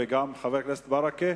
לחבר הכנסת ברכה,